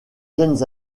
jeunes